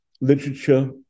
literature